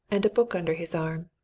and a book under his arm.